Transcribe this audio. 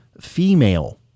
female